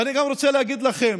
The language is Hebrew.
ואני גם רוצה להגיד לכם: